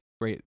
great